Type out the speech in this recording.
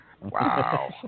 Wow